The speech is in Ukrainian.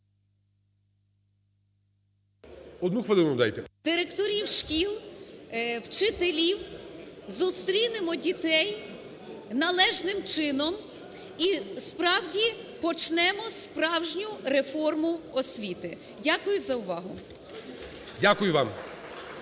Дякую за увагу.